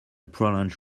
prolonged